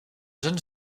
jeune